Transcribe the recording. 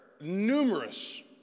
numerous